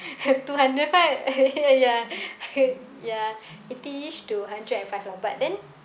two hundred five ya ya ya eighty-ish to hundred and five lah but then